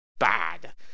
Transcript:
bad